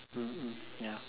mm mm ya